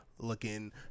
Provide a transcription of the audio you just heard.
Looking